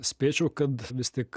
spėčiau kad vis tik